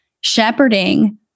shepherding